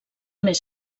més